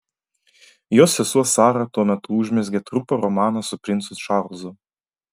jos sesuo sara tuo metu užmezgė trumpą romaną su princu čarlzu